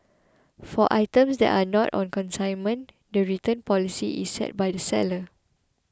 for items that are not on consignment the return policy is set by the seller